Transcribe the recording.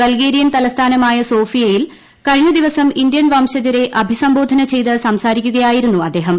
Bulgarian തലസ്ഥാനമായ സോഫിയയിൽ കഴിഞ്ഞ് ദിവസം ഇന്ത്യൻ വംശജരെ അഭിസംബോധ്ന് ചെയ്ത് സംസാരിക്കുകയായിരുന്നു അദ്ദേഹം